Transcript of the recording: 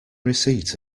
receipt